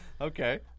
Okay